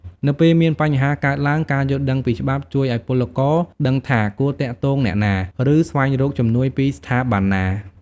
នៅពេលមានបញ្ហាកើតឡើង ការយល់ដឹងពីច្បាប់ជួយឱ្យពលករដឹងថាគួរទាក់ទងអ្នកណា ឬស្វែងរកជំនួយពីស្ថាប័នណា។